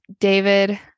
David